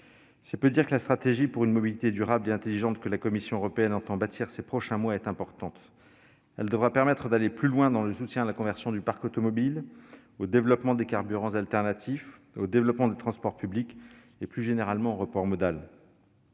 C'est peu dire que la stratégie pour une mobilité durable et intelligente que la Commission européenne entend bâtir ces prochains mois est importante. Elle devrait permettre d'aller plus loin dans le soutien à la conversion du parc automobile, au développement des carburants alternatifs, au développement des transports publics et, plus généralement, au report modal.